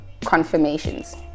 confirmations